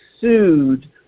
sued